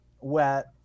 wet